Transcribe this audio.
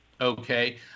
Okay